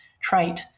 trait